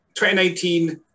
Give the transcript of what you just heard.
2019